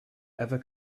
ever